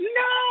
no